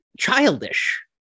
Childish